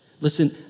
Listen